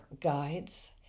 guides